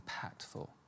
impactful